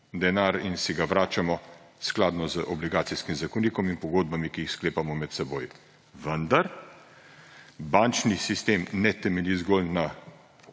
denar in si ga vračamo skladno z Obligacijskim zakonikom in pogodbami, ki jih sklepamo med seboj. Vendar, bančni sistem ne temelji zgolj na